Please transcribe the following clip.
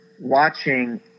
watching